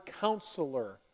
counselor